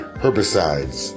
herbicides